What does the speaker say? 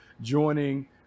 joining